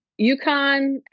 UConn